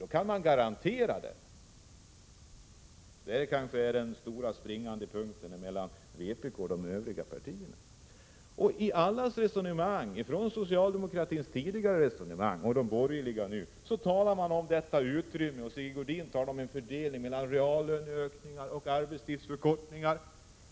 Det är den springande punkten, och där finns kanske den stora skillnaden i uppfattning mellan vpk och övriga partier. Såväl socialdemokraterna tidigare som de borgerliga nu talar om utrymmet för en arbetstidsförkortning. Sigge Godin har här talat om en fördelning mellan reallöneökningar och arbetstidsförkortningar.